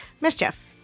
mischief